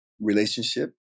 relationship